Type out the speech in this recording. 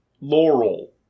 Laurel